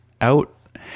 out